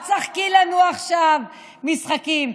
אל תשחקי לנו עכשיו משחקים,